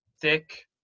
thick